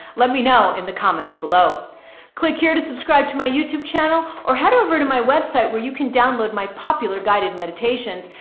let me know in the comments below click here to subscribe to my youtube channel or head over to my website where you can download my popular guided meditations.